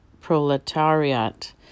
Proletariat